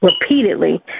repeatedly